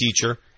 teacher